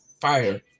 fire